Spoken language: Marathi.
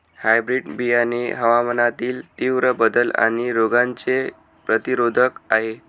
हायब्रीड बियाणे हवामानातील तीव्र बदल आणि रोगांचे प्रतिरोधक आहे